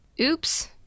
Oops